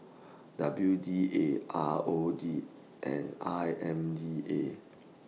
W D A R O D and I M D A